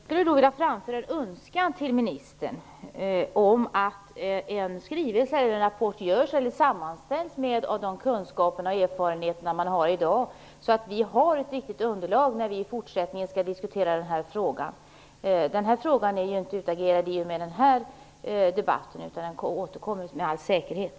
Herr talman! Jag skulle vilja framföra en önskan till ministern om att en skrivelse eller rapport sammanställs med de kunskaper och erfarenheter som man har i dag, så att vi har ett riktigt underlag när vi i fortsättningen skall diskutera den här frågan. Den är ju inte utagerad i och med den här debatten, utan den återkommer med all säkerhet.